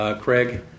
Craig